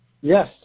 Yes